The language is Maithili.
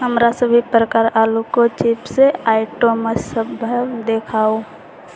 हमरा सभ प्रकारक आलूक चिप्स आइटमसभ देखाउ